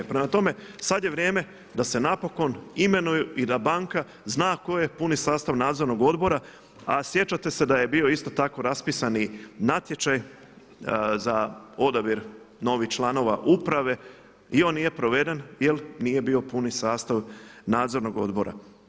Prema tome, sad je vrijeme da se napokon imenuju i da banka zna koji je puni sastav Nadzornog odbora, a sjećate se da je bio isto tako raspisani natječaj za odabir novih članova uprave i on nije proveden jer nije bio puni sastav Nadzornog odbora.